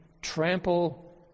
trample